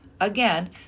Again